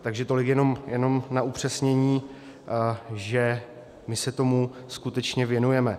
Takže tolik jenom na upřesnění, že my se tomu skutečně věnujeme.